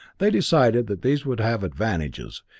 they decided that these would have advantages,